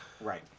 right